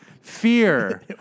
fear